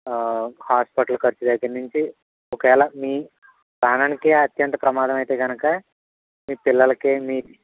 hospital ఖర్చుల దగ్గర నుంచి ఒకవేళ మీ ప్రాణానికి అత్యంత ప్రమాదమైతే కనుక మీ పిల్లలకి మీకు